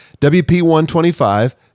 WP125